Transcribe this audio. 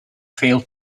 feel